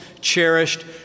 cherished